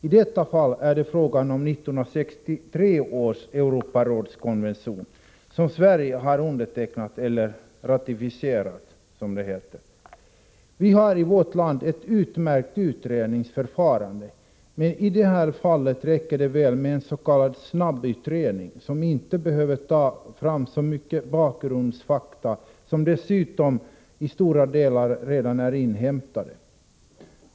I detta fall gäller det 1963 års Europarådskonvention, som Sverige har undertecknat — eller ratificerat, som det heter. Vi har i vårt land ett utmärkt utredningsförfarande. Men i detta fall räcker det med en s.k. snabbutredning, vilken inte behöver ta fram så mycket bakgrundsfakta — som dessutom till stora delar redan är framtagna.